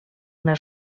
una